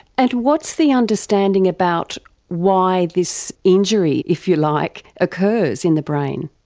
and what's the understanding about why this injury if you like occurs in the brain?